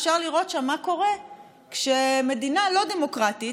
אפשר לראות שם מה קורה כשמדינה לא דמוקרטית,